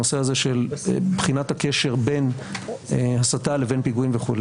הנושא הזה של בחינת הקשר בין הסתה לבין פיגועים וכו',